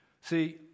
See